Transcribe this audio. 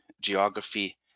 geography